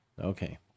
Okay